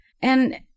And-